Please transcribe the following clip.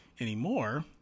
anymore